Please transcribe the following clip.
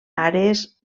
àrees